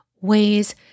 ways